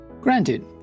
Granted